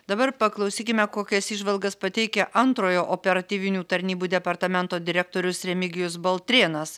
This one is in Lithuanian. dabar paklausykime kokias įžvalgas pateikia antrojo operatyvinių tarnybų departamento direktorius remigijus baltrėnas